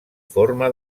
forma